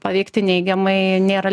paveikti neigiamai nėra